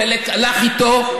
חלק הלך איתה,